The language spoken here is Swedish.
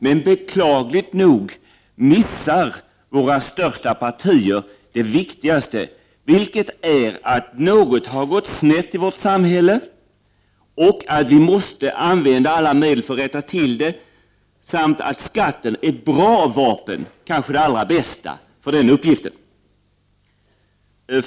Men beklagligt nog missar våra största partier det viktigaste, vilket är — att något har gått snett i vårt samhälle och — att vi måste använda våra medel för att rätta till det, samt — att skatten är ett bra vapen, kanske det allra bästa, för den uppgiften.